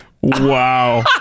Wow